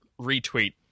retweet